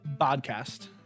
podcast